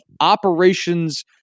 operations